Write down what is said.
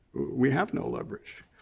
we have no leverage.